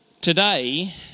Today